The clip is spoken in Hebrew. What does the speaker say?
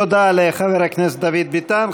תודה לחבר הכנסת דוד ביטן.